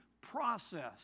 process